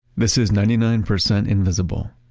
this is ninety nine percent invisible.